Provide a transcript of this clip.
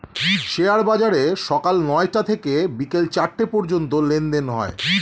share বাজারে সকাল নয়টা থেকে বিকেল চারটে পর্যন্ত লেনদেন হয়